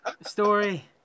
story